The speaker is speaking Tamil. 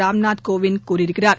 ராம்நாத் கோவிந்த் கூறியிருக்கிறார்